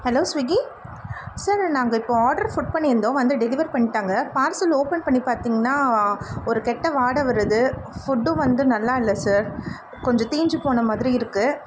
hello Swiggy sir நாங்கள் இப்போது order food பண்ணியிருந்தோம் வந்து டெலிவர் பண்ணிட்டாங்க பார்சல் ஓப்பன் பண்ணி பார்த்திங்கன்னா ஒரு கெட்ட வாடை வருது ஃபுட்டும் வந்து நல்லா இல்லை சார் கொஞ்சம் தீஞ்சு போன மாதிரி இருக்குது